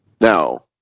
Now